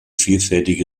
vielfältige